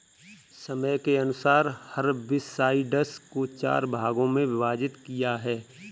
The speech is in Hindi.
समय के अनुसार हर्बिसाइड्स को चार भागों मे विभाजित किया है